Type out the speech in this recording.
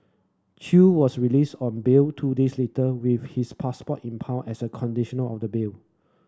Chew was released on bail two days later with his passport impounded as a conditional of the bail